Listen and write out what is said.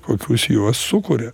kokius juos sukuria